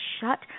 shut